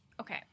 Okay